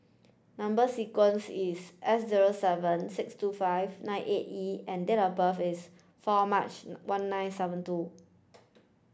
number sequence is S zero seven six two five nine eight E and date of birth is four March one nine seven two